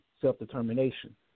self-determination